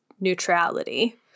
neutrality